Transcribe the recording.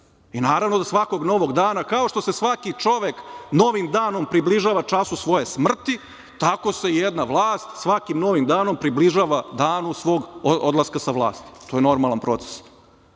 i naravno da svakog novog dana, kao što se svaki čovek novim danom približava času svoje smrti, tako se jedna vlast svakim novim danom približava danu svog odlaska sa vlasti, to je normalan proces.